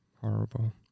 Horrible